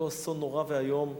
אסון נורא ואיום,